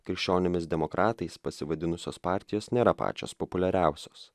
krikščionimis demokratais pasivadinusios partijos nėra pačios populiariausios